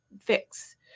fix